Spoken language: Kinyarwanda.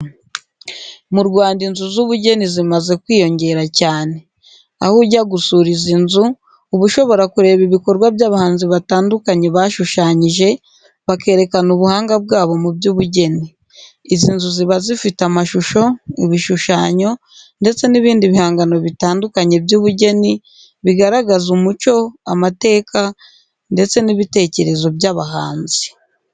Mu Rwanda, inzu z’ubugeni zimaze kwiyongera cyane. Aho ujya gusura izi nzu, uba ushobora kureba ibikorwa by’abahanzi batandukanye bashushanyije, bakerekana ubuhanga bwabo mu by’ubugeni. Izi nzu ziba zifite amashusho, ibishushanyo, ndetse n’ibindi bihangano bitandukanye by’ubugeni, bigaragaza umuco, amateka, ndetse n’ibitekerezo by’abahanzi.